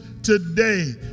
Today